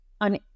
on